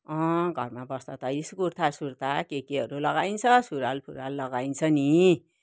अँ घरमा बस्दा त यी कुर्ता सुर्ता के केहरू लगाइन्छ सुरुवाल फुराल लगाइन्छ नि